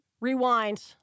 rewind